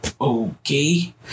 Okay